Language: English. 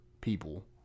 people